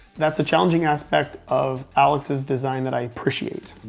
that's a challenging aspect of alex's design that i appreciate.